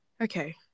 Okay